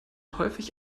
häufig